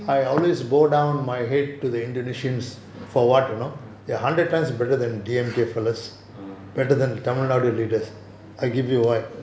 ah